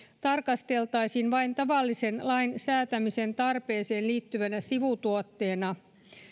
tarkasteltaisiin vain tavallisen lain säätämisen tarpeeseen liittyvänä sivutuotteena